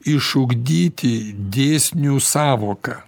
išugdyti dėsnių sąvoką